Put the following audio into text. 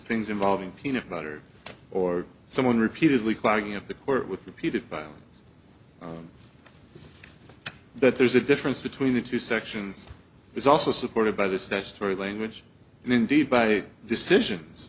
things involving peanut butter or someone repeatedly clogging up the court with repeated violence that there's a difference between the two sections is also supported by the statutory language and indeed by decisions